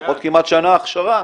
לפחות כמעט שנה הכשרה,